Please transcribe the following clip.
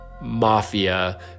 mafia